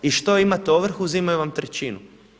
I što što imate ovrhu, uzimaju vam trećinu.